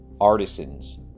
artisans